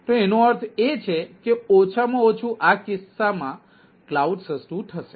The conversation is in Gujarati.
તો તેનો અર્થ એ છે કે ઓછામાં ઓછું આ કિસ્સામાં કલાઉડ સસ્તું થશે